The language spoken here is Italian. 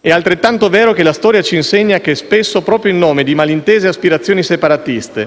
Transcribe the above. è altrettanto vero che la storia insegna che spesso, proprio in nome di malintese aspirazioni separatiste,